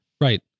right